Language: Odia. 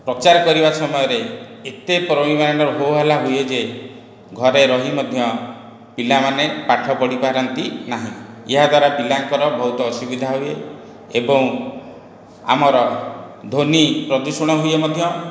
ପ୍ରଚାର କରିବା ସମୟରେ ଏତେ ପରିମାଣର ହୋ ହାଲ୍ଲା ହୁଏ ଯେ ଘରେ ରହି ମଧ୍ୟ ପିଲାମାନେ ପାଠ ପଢ଼ି ପାରନ୍ତି ନାହିଁ ଏହା ଦ୍ୱାରା ପିଲାଙ୍କର ବହୁତ ଅସୁବିଧା ହୁଏ ଏବଂ ଆମର ଧ୍ଵନି ପ୍ରଦୂଷଣ ହୁଏ ମଧ୍ୟ